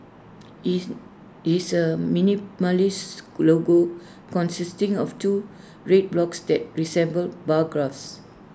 it's is A minimalist logo consisting of two red blocks that resemble bar graphs